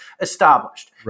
established